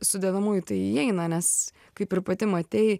sudedamųjų tai įeina nes kaip ir pati matei